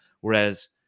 Whereas